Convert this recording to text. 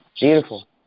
beautiful